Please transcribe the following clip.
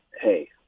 hey